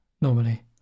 normally